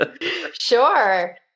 sure